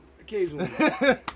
occasionally